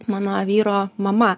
mano vyro mama